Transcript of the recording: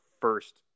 first